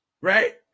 Right